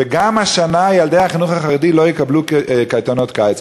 וגם השנה ילדי החינוך החרדי לא יקבלו קייטנות קיץ.